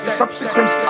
subsequent